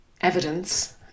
evidence